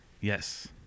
Yes